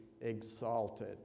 exalted